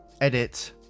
Edit